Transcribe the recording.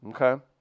Okay